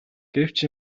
гэвч